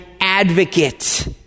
advocate